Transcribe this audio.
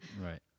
Right